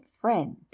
friend